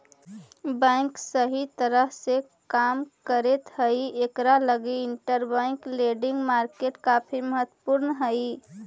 bank सही तरह से काम करैत हई इकरा लगी इंटरबैंक लेंडिंग मार्केट काफी महत्वपूर्ण हई